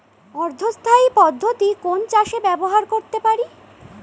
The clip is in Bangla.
অর্ধ স্থায়ী পদ্ধতি কোন চাষে ব্যবহার করতে পারি?